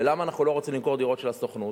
ולמה אנחנו לא רוצים למכור דירות של הסוכנות.